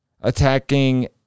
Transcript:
attacking